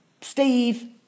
Steve